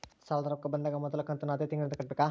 ಸಾಲದ ರೊಕ್ಕ ಬಂದಾಗ ಮೊದಲ ಕಂತನ್ನು ಅದೇ ತಿಂಗಳಿಂದ ಕಟ್ಟಬೇಕಾ?